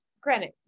granted